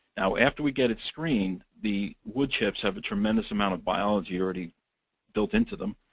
after we get it screened, the wood chips have a tremendous amount of biology already built into them,